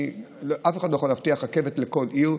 אף אחד לא יכול להבטיח רכבת לכל עיר.